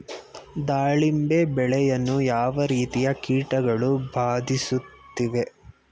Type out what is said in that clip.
ದಾಳಿಂಬೆ ಬೆಳೆಯನ್ನು ಯಾವ ರೀತಿಯ ಕೀಟಗಳು ಬಾಧಿಸುತ್ತಿವೆ?